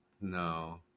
no